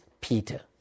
Peter